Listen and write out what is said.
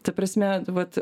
ta prasme vat